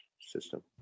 system